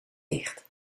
dicht